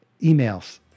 emails